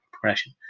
progression